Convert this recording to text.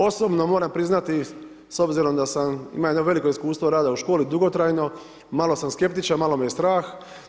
Osobno moram priznati s obzirom da sam imao jedno veliko iskustvo rada u školi dugotrajno, malo sam skeptičan, malo me je strah.